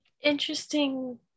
Interesting